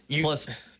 Plus